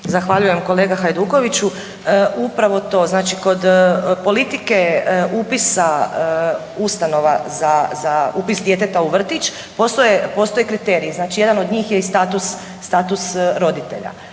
Zahvaljujem kolega Hajdukoviću. Upravo to, znači kod politike upisa ustanova za upis djeteta u vrtić postoje kriteriji, znači od njih je i status roditelja,